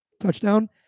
touchdown